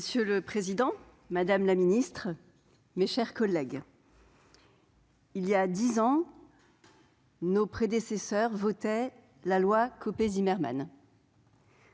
Monsieur le président, madame la ministre, mes chers collègues, il y a dix ans, nos prédécesseurs votaient la loi Copé-Zimmermann.